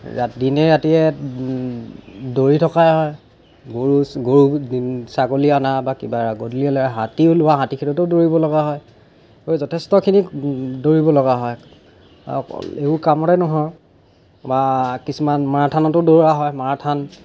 ৰা দিনে ৰাতিয়ে দৌৰি থকাই হয় গৰু গৰু ছাগলী আনা বা কিবা গধূলি হ'লে হাতী ওলোৱা হাতী খেদোঁতেও দৌৰিব লগা হয় ত' যথেষ্টখিনি দৌৰিব লগা হয় আৰু এইবোৰ কামতে নহয় বা কিছুমান মাৰাথানতো দৌৰা হয় মাৰাথ'ন